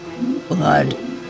Blood